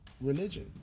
religion